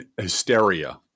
hysteria